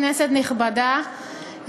כנסת נכבדה,